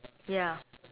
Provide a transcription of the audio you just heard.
ya